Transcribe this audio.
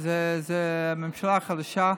זה הממשלה החדשה,